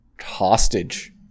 hostage